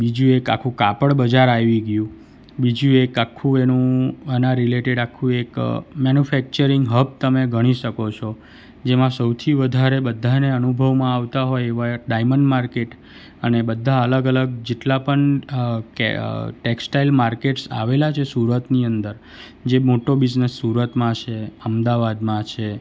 બીજું એક આખું કાપડ બજાર આવી ગયું બીજું એક આખું એનું આના રિલેટેડ આખું એક મેન્યુફેક્ચરિંગ હબ તમે ગણી શકો છો જેમાં સૌથી વધારે બધાંયને અનુભવમાં આવતા હોય એવા ડાયમંડ માર્કેટ અને બધા અલગ અલગ જેટલા પણ કે ટેક્સટાઇલ માર્કેટ્સ આવેલા છે સુરતની અંદર જે મોટો બિઝનસ સુરતમાં છે અમદાવાદમાં છે